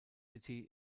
city